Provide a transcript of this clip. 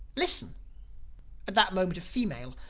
listen at that moment a female,